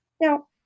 Now